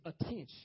attention